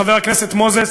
חבר הכנסת מוזס,